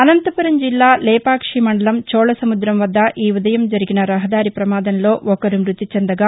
అనంతపురం జిల్లా లేపాక్షి మండలం చోళ సముద్రం వద్ద ఈ ఉదయం జరిగిన రహదారి పమాదంలో ఒకరు మృతి చెందగా